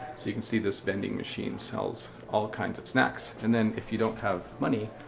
you can see this vending machine sells all kinds of snacks. and then if you don't have money,